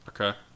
Okay